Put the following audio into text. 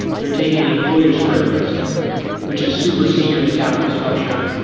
they're taking the employer s credit risk which is super senior in the capital structure,